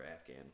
Afghan